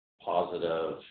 positive